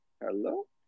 Hello